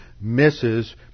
misses